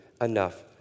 enough